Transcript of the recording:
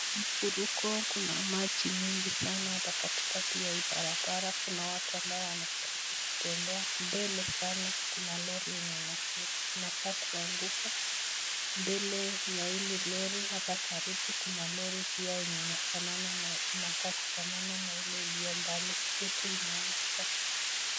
Furiko kuna maji mingi sana, hapa katikati ya hii bara kuna watu ambao wanajaribu kutembea , mbele sana kuna lori enye inakaa kuanguka ,mbele ya ile lori kuna hapa karibu kuna lori pia yenye inakaa kufanana na iliyo mbali yote imeanguka.